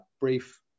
brief